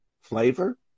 flavor